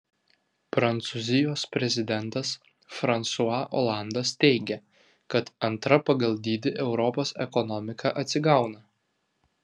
prancūzijos prezidentas fransua olandas teigia kad antra pagal dydį europos ekonomika atsigauna